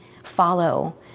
follow